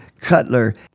Cutler